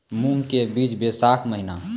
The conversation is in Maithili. मूंग के बीज बैशाख महीना